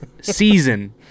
season